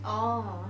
orh